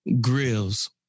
Grills